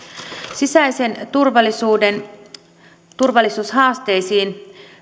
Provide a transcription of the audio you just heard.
sisäisen turvallisuuden turvallisuushaasteisiin